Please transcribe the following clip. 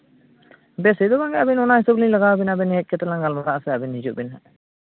ᱵᱮᱥᱤ ᱫᱚ ᱵᱟᱝᱜᱮ ᱟᱹᱵᱤᱱ ᱚᱱᱟ ᱦᱤᱥᱟᱹᱵ ᱞᱤᱧ ᱞᱟᱜᱟᱣ ᱟᱵᱮᱱᱟ ᱟᱹᱵᱤᱱ ᱦᱮᱡ ᱠᱟᱛᱮᱫ ᱞᱟᱝ ᱜᱟᱞᱢᱟᱨᱟᱜ ᱟᱥᱮ ᱟᱹᱵᱤᱱ ᱦᱤᱡᱩᱜ ᱵᱮᱱ ᱦᱟᱸᱜ